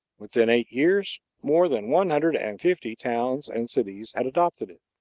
within eight years more than one hundred and fifty towns and cities had adopted it.